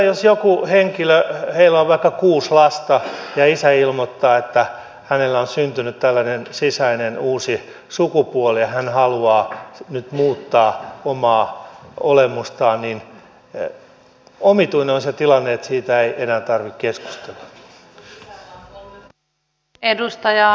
jos on vaikka kuusi lasta ja isä ilmoittaa että hänellä on syntynyt tällainen sisäinen uusi sukupuoli ja hän haluaa nyt muuttaa omaa olemustaan niin omituinen on se tilanne että siitä ei enää tarvitse keskustella